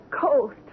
coast